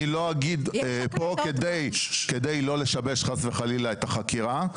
אני לא אגיד פה כדי לא לשבש חס וחלילה את החקירה,